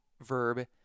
verb